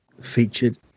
featured